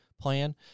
plan